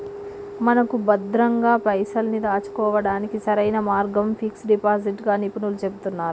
మనకు భద్రంగా పైసల్ని దాచుకోవడానికి సరైన మార్గం ఫిక్స్ డిపాజిట్ గా నిపుణులు చెబుతున్నారు